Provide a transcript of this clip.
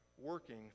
working